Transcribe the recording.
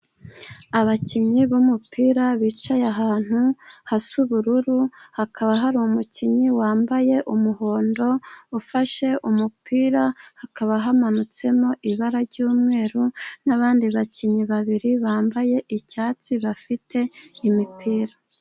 Abakinnyi b'umupira bicaye ahantu hasa ubururu. Hakaba hari umukinnyi wambaye yumuhondo, ufashe umupira. Hakaba hamanutsemo ibara ry'umweru n'abandi bakinnyi babiri bambaye icyatsi bafite imipira.